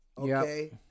Okay